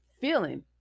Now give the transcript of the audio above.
feeling